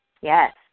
Yes